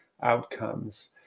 outcomes